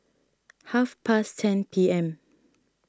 half past ten P M